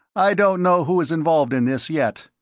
i don't know who is involved in this, yet.